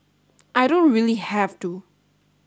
I don't really have to